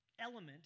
element